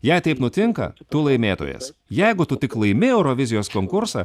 jei taip nutinka tu laimėtojas jeigu tu tik laimi eurovizijos konkursą